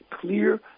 clear